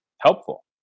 helpful